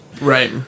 Right